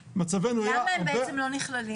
מצבנו היה --- למה בעצם הם לא נבחנים?